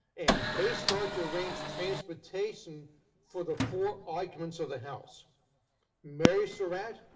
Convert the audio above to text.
and they start to arrange transportation for the four occupants of the house mary surratt,